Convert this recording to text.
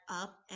up